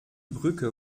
brücke